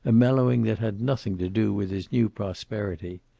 a mellowing that had nothing to do with his new prosperity.